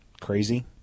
crazy